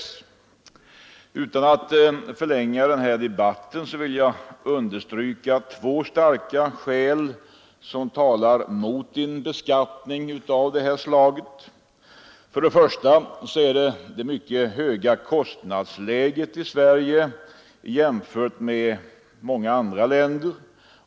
Utan att vilja förlänga debatten skall jag understryka två starka skäl som talar mot en beskattning av det här slaget. Först och främst är kostnadsläget i Sverige mycket högt jämfört med kostnadsläget i många andra länder.